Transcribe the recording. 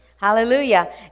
Hallelujah